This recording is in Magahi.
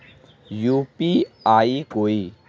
यु.पी.आई कोई